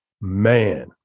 Man